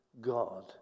God